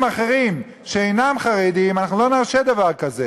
אחרים שאינם חרדיים אנחנו לא נרשה דבר כזה.